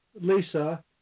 Lisa